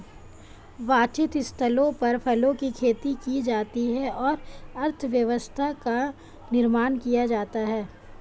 वांछित स्थलों पर फलों की खेती की जाती है और अर्थव्यवस्था का निर्माण किया जाता है